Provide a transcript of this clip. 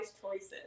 choices